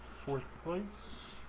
four points